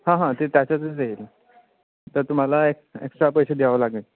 हां हां ते त्याच्यातच येईल तर तुम्हाला एक्स एक्स्ट्रा पैसे द्यावं लागेल